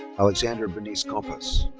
alexandra bernice compas.